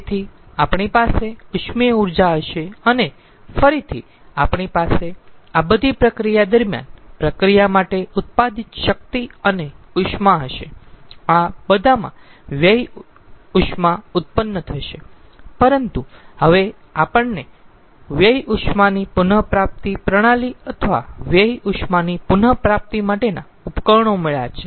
તેથી આપણી પાસે ઉષ્મીય ઊર્જા હશે અને ફરીથી આપણી પાસે આ બધી પ્રક્રિયા દરમ્યાન પ્રક્રિયા માટે ઉત્પાદિત શક્તિ અને ઉષ્મા હશેઆ બધામાં વ્યય ઉષ્મા ઉત્પન્ન થશે પરંતુ હવે આપણને વ્યય ઉષ્માની પુન પ્રાપ્તિ પ્રણાલી અથવા વ્યય ઉષ્માની પુન પ્રાપ્તિ માટેનાં ઉપકરણો મળ્યાં છે